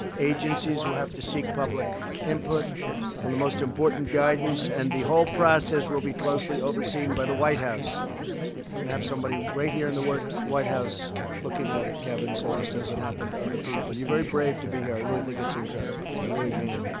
agencies will have to seek public input on the most important guidance, and the whole process will be closely overseen by the white house. we're going to have somebody right here in the white house looking at it, kevin, so this doesn't happen to other people. you're very brave to be here. i really think it's incredible. i really mean it.